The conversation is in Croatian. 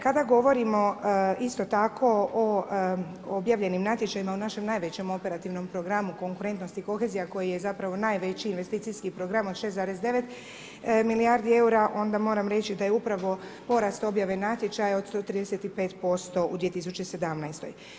Kada govorimo isto tako o objavljenim natječajima u našem najvećem operativnom programu konkurentnost i kohezija koji je zapravo najveći investicijski program od 6,9 milijardi eura onda moram reći da je upravo porast objave natječaja od 135% u 2017.